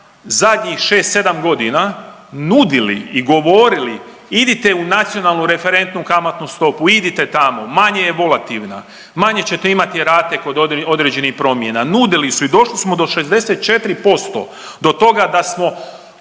sedam godina nudili i govorili idite u nacionalnu referentnu kamatnu stopu, idite tamo manje je volativna, manje ćete imati rate kod određenih promjena, nudili su i došli smo do 64% do toga da smo